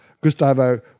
Gustavo